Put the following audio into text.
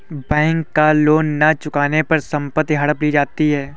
bank का loan न चुकाने पर संपत्ति हड़प ली जाती है